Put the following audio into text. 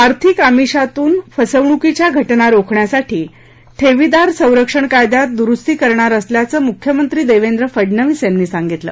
आर्थिक आमिषातून फसवणुकीच्या घटना रोखण्यासाठी ठेवीदार संरक्षण कायद्यात दुरुस्ती करणार असल्याचं मुख्यमंत्री देवेंद्र फडनवीस यांनी सांगितलं